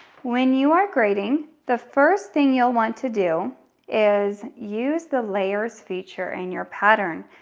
when you are grading, the first thing you'll want to do is use the layers feature in your pattern.